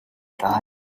thought